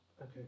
Okay